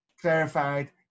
clarified